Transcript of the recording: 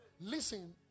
listen